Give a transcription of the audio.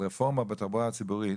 באופן כללי, על רפורמה בתחבורה הציבורית.